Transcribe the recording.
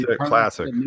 Classic